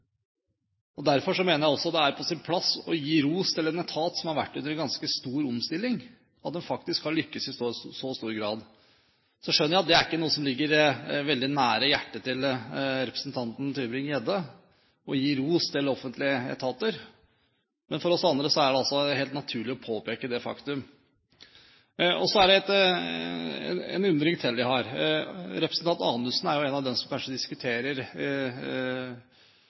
opp. Derfor mener jeg også det er på sin plass å gi ros til en etat som har vært under en ganske stor omstilling, og som faktisk har lyktes i så stor grad. Så skjønner jeg at det ikke ligger veldig nær hjertet til representanten Tybring-Gjedde å gi ros til offentlige etater, men for oss andre er det helt naturlig å påpeke det faktum. Så har jeg en undring til: Representanten Anundsen er jo kanskje en av dem som i denne sal ofte diskuterer